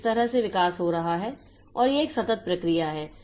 तो इस तरह से विकास हो रहा है और यह एक सतत प्रक्रिया है